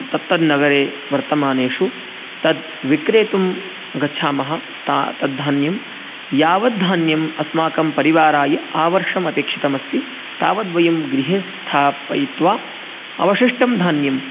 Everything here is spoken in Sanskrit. तत् तद् नगरे वर्तमानेषु तद् विक्रेतुं गच्छामः ता तद् धान्यं यावद् धान्यम् अस्माकं परिवाराय आवर्षम् अपेक्षितमस्ति तावद् वयं गृहे स्थापयित्वा अवशिष्टं धान्यं